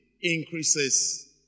increases